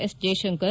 S Jaishankar